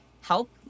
help